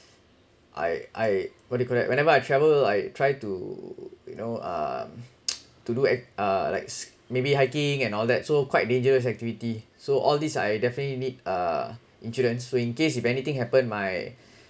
I I what do you call it whenever I travel I try to you know uh to do ac~ uh s~ maybe hiking and all that so quite dangerous activity so all these I definitely need uh insurance so in case if anything happen my